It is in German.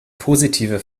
positive